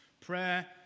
prayer